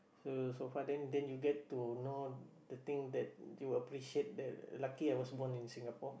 so so far then then you get to know the thing that you they'll appreciate the lucky I was born in Singapore